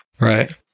Right